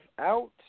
out